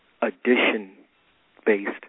addition-based